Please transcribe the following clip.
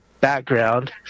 background